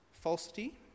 falsity